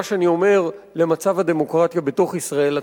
שאני אומר למצב הדמוקרטיה בתוך ישראל עצמה,